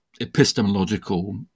epistemological